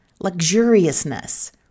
luxuriousness